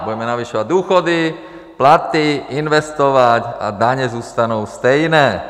Budeme navyšovat důchody, platy, investovat a daně zůstanou stejné.